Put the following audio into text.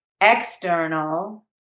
external